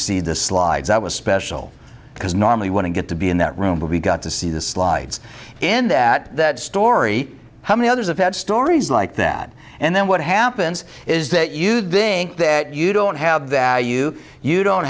see the slides i was special because normally want to get to be in that room but we got to see the slides and at that story how many others have had stories like that and then what happens is that you think that you don't have that you you don't